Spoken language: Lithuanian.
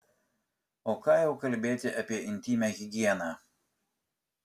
o ką jau kalbėti apie intymią higieną